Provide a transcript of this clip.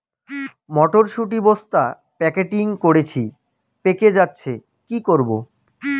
মটর শুটি বস্তা প্যাকেটিং করেছি পেকে যাচ্ছে কি করব?